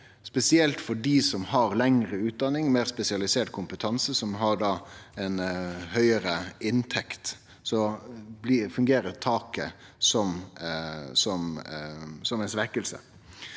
Spesielt for dei som har lengre utdanning og meir spesialisert kompetanse, og som høgare inntekt, fungerer taket som ei svekking.